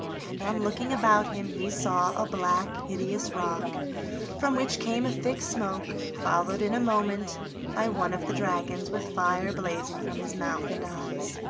and on looking about him he saw a black hideous rock from which came a thick smoke, followed in a moment by one of the dragons with fire blazing from his mouth and eyes.